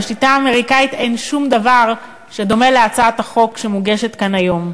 בשיטה האמריקנית אין שום דבר שדומה להצעת החוק שמוגשת כאן היום.